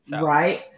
Right